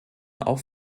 auch